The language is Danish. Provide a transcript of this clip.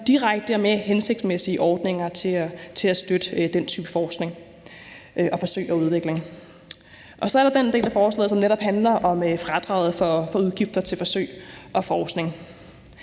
og hensigtsmæssige ordninger til at støtte den type forskning og forsøg og udvikling. Så er der den del af forslaget, som netop handler om fradraget for udgifter til forsøg og forskning.